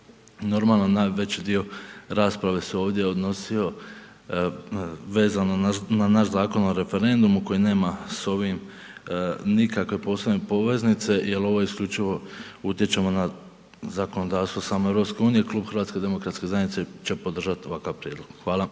Normalno na veći dio rasprave se ovdje odnosio vezano na naš Zakon o referendumu koji nema s ovim nikakve posebne poveznice jer ovo isključivo utječemo na zakonodavstvo EU. Klub HDZ-a će podržati ovakav prijedlog. Hvala.